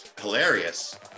hilarious